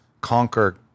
conquer